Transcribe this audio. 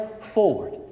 forward